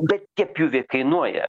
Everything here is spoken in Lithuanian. bet tie pjūviai kainuoja